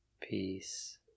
peace